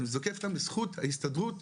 אני זוקף אותם לזכות ההסתדרות,